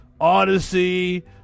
Odyssey